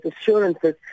assurances